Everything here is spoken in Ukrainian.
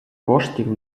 коштів